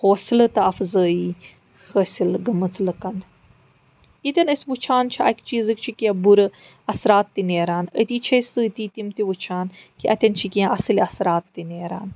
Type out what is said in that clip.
حوصلہٕ تہٕ اَفضٲیی حٲصِل گٔمٕژ لوٗکَن ییٚتیٚن أسۍ وُچھان چھِ اَکہِ چیٖزٕکۍ چھِ کیٚنٛہہ بُرٕ اَثرات تہِ نیران أتی چھِ أسۍ سۭتی تِم تہِ وُچھان کہِ اَتیٚن چھِ کیٚنٛہہ اصٕل اَثرات تہِ نیران